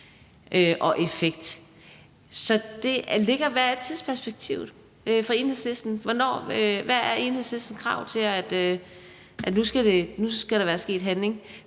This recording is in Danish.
og effekt? Hvad er tidsperspektivet for Enhedslisten? Hvad er Enhedslistens krav til, at nu skal der være sket handling?